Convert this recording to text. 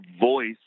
voice